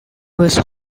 was